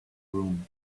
room